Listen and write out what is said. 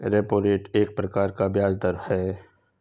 repo rate एक प्रकार का ब्याज़ दर है